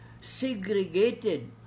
segregated